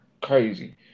crazy